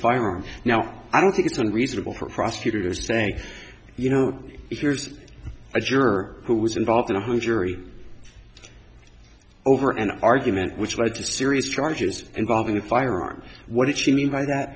firearm now i don't think it's unreasonable for prosecutors say you know here's a juror who was involved in a hung jury over and argument which led to serious charges involving a firearm what did she mean by that